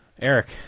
eric